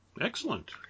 Excellent